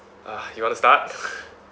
ah you want to start